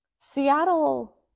Seattle